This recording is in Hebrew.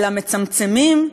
אלא מצמצמים,